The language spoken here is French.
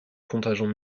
contingent